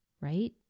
right